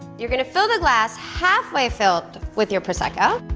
you're gonna fill the glass halfway filled with your prosecco.